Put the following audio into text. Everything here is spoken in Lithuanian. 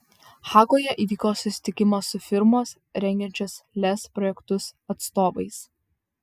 hagoje įvyko susitikimas su firmos rengiančios lez projektus atstovais